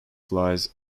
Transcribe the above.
flies